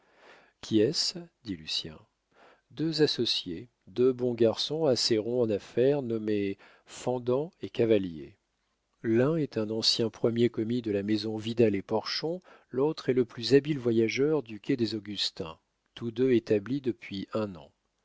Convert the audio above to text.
qui est-ce dit lucien deux associés deux bons garçons assez ronds en affaires nommés fendant et cavalier l'un est un ancien premier commis de la maison vidal et porchon l'autre est le plus habile voyageur du quai des augustins tous deux établis depuis un an